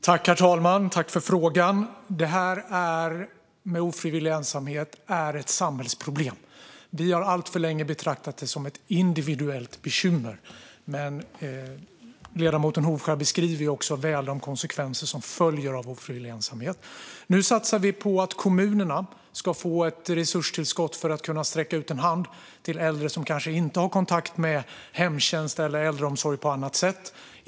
Herr talman! Jag tackar för frågan. Det här med ofrivillig ensamhet är ett samhällsproblem. Vi har alltför länge betraktat det som ett individuellt bekymmer, men ledamoten Dan Hovskär beskriver väl de konsekvenser som följer av ofrivillig ensamhet. Nu satsar vi på att kommunerna ska få ett resurstillskott för att kunna sträcka ut en hand till äldre som kanske inte har kontakt med hemtjänst eller äldreomsorg på annat sätt.